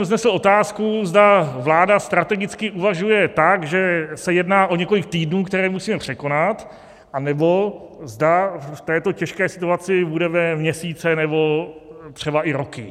Druhé vznesl jsem otázku, zda vláda strategicky uvažuje tak, že se jedná o několik týdnů, které musíme překonat, anebo zda v této těžké situaci budeme měsíce, nebo třeba i roky.